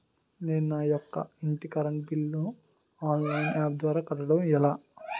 నేను నా యెక్క ఇంటి కరెంట్ బిల్ ను ఆన్లైన్ యాప్ ద్వారా కట్టడం ఎలా?